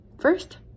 First